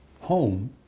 home